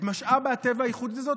את משאב הטבע הייחודי הזה,